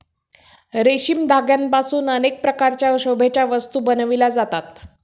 रेशमी धाग्यांपासून अनेक प्रकारच्या शोभेच्या वस्तू बनविल्या जातात